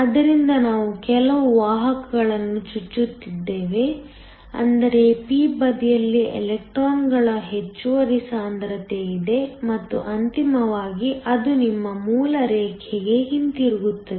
ಆದ್ದರಿಂದ ನಾವು ಕೆಲವು ವಾಹಕಗಳನ್ನು ಚುಚ್ಚುತ್ತಿದ್ದೇವೆ ಅಂದರೆ p ಬದಿಯಲ್ಲಿ ಎಲೆಕ್ಟ್ರಾನ್ಗಳ ಹೆಚ್ಚುವರಿ ಸಾಂದ್ರತೆಯಿದೆ ಮತ್ತು ಅಂತಿಮವಾಗಿ ಅದು ನಿಮ್ಮ ಮೂಲ ರೇಖೆಗೆ ಹಿಂತಿರುಗುತ್ತದೆ